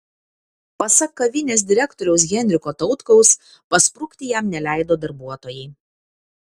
pasak kavinės direktoriaus henriko tautkaus pasprukti jam neleido darbuotojai